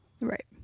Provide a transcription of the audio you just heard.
right